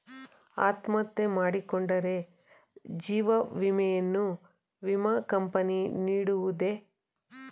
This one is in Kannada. ಅತ್ಮಹತ್ಯೆ ಮಾಡಿಕೊಂಡರೆ ಜೀವ ವಿಮೆಯನ್ನು ವಿಮಾ ಕಂಪನಿ ನೀಡುವುದೇ?